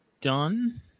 done